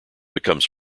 becomes